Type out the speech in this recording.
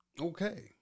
Okay